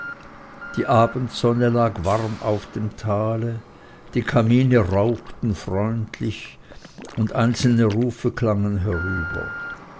die abendsonne lag warm auf dem tale die kamine rauchten freundlich einzelne rufe klangen herüber